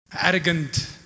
arrogant